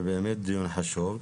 זה באמת דיון חשוב.